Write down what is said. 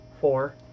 four